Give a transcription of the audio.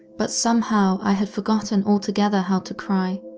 but somehow i had forgotten altogether how to cry.